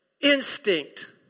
instinct